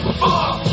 fuck